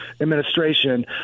administration